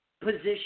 position